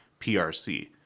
PRC